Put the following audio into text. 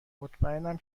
مطمئنم